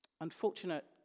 unfortunate